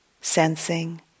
sensing